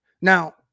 Now